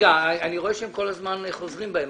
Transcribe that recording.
אני רואה שכל הזמן הם חוזרים בהם.